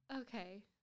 Okay